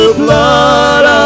blood